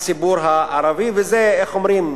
הציבור הערבי, וזה, איך אומרים,